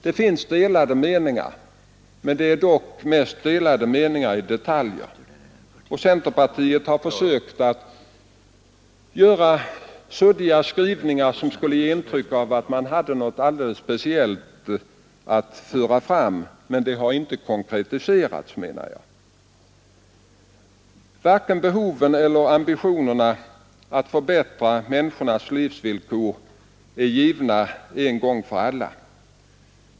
Det finns delade meningar men mest i fråga om detaljer. Centerpartiet har försökt att göra suddiga skrivningar som skulle ge intryck av att man hade något alldeles speciellt att föra fram, men det har, menar jag, inte konkretiserats. Varken behoven eller ambitionerna att förbättra människornas livsvillkor är givna en gång för alla.